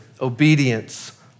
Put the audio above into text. obedience